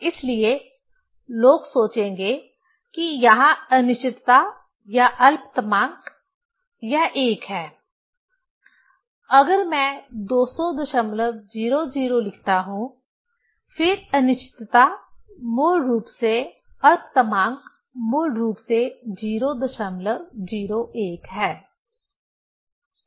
इसलिए लोग सोचेंगे कि यहां अनिश्चितता या अल्पतमांक यह एक है अगर मैं 20000 लिखता हूं फिर अनिश्चितता मूल रूप से अल्पतमांक मूल रूप से 001 है